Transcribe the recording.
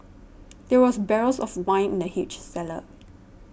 there were barrels of wine in the huge cellar